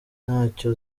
ntacyo